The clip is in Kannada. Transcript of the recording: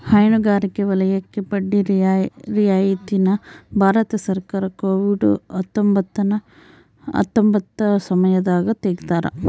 ಹೈನುಗಾರಿಕೆ ವಲಯಕ್ಕೆ ಬಡ್ಡಿ ರಿಯಾಯಿತಿ ನ ಭಾರತ ಸರ್ಕಾರ ಕೋವಿಡ್ ಹತ್ತೊಂಬತ್ತ ಸಮಯದಾಗ ತೆಗ್ದಾರ